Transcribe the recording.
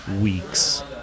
weeks